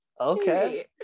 okay